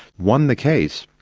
won the case.